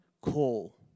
call